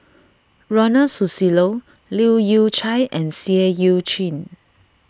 Ronald Susilo Leu Yew Chye and Seah Eu Chin